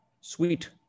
Sweet